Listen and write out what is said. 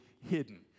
hidden